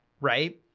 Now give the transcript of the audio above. right